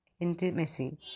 intimacy